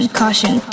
caution